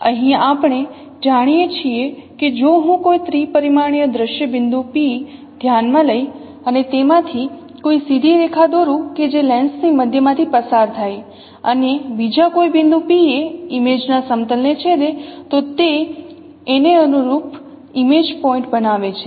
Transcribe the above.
અહીં આપણે જાણીએ છીએ કે જો હું કોઈ ત્રિપરિમાણીય દૃશ્ય બિંદુ P ધ્યાનમાં લઇ અને તેમાંથી કોઈ સીધી રેખા દોરું કે જે લેન્સ ની મધ્ય માંથી પસાર થાય અને બીજા કોઈ બિંદુ p એ ઇમેજ ના સમતલ ને છેદે તો એ તેને અનુરૂપ ઇમેજ પોઇન્ટ બનાવે છે